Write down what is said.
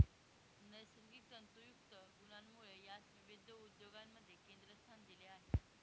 नैसर्गिक तंतुयुक्त गुणांमुळे यास विविध उद्योगांमध्ये केंद्रस्थान दिले आहे